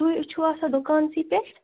تُہۍ چِھو آسان دوکانسۭے پٮ۪ٹھ